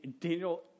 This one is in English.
Daniel